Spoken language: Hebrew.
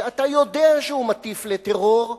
שאתה יודע שהוא מטיף לטרור,